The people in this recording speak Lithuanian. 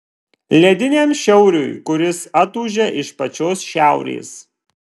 lediniam šiauriui kuris atūžia iš pačios šiaurės